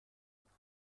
مشترک